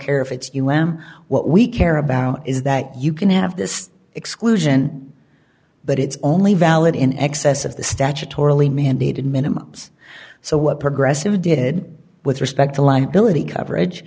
care if it's us what we care about is that you can have this exclusion but it's only valid in excess of the statutorily mandated minimum so what progressive did with respect to liability coverage